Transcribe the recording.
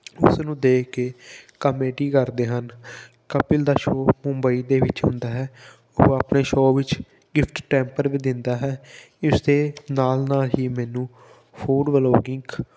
ਉਸ ਨੂੰ ਦੇਖ ਕੇ ਕਮੇਡੀ ਕਰਦੇ ਹਨ ਕਪਿਲ ਦਾ ਸ਼ੋਅ ਮੁੰਬਈ ਦੇ ਵਿੱਚ ਹੁੰਦਾ ਹੈ ਉਹ ਆਪਣੇ ਸ਼ੋਅ ਵਿੱਚ ਗਿਫਟ ਟੈਂਪਰ ਵੀ ਦਿੰਦਾ ਹੈ ਇਸਦੇ ਨਾਲ ਨਾਲ ਹੀ ਮੈਨੂੰ ਫੂਡ ਵਲੋਗਿੰਗ